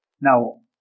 Now